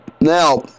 Now